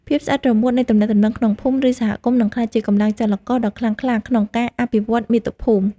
ភាពស្អិតរមួតនៃទំនាក់ទំនងក្នុងភូមិ ឬសហគមន៍នឹងក្លាយជាកម្លាំងចលករដ៏ខ្លាំងក្លាក្នុងការអភិវឌ្ឍន៍មាតុភូមិ។